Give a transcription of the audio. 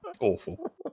awful